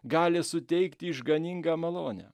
gali suteikti išganingą malonę